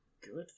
good